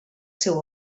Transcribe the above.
seu